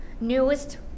newest